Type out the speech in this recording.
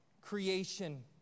creation